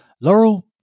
Laurel